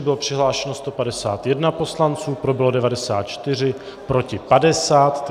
Bylo přihlášeno 151 poslanců, pro bylo 94, proti 50.